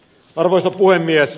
arvoisa puhemies